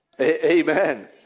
Amen